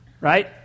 Right